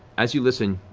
as you listen,